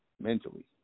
mentally